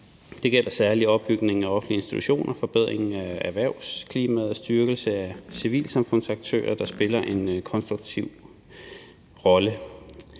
Det gælder særlig opbygning af offentlige institutioner, forbedring af erhvervsklimaet og styrkelse af civilsamfundsaktører, der spiller en konstruktiv rolle.